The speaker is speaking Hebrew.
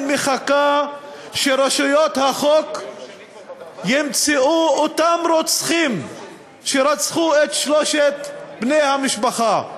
מחכה שרשויות החוק ימצאו את אותם רוצחים שרצחו את שלושת בני המשפחה.